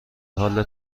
حال